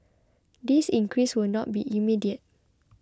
this increase will not be immediate